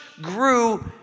grew